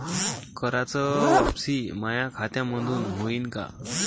कराच वापसी माया खात्यामंधून होईन का?